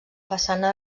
façana